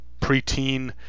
preteen